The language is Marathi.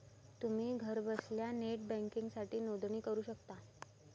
तुम्ही घरबसल्या नेट बँकिंगसाठी नोंदणी करू शकता